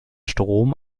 strom